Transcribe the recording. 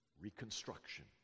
reconstruction